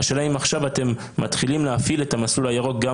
השאלה אם עכשיו אתם מתחילים להפעיל את המסלול הירוק גם